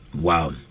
wow